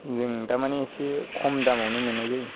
जों थारमाने इसे खम दामावनो मोन्नाय जायो